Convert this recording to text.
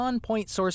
NON-POINT-SOURCE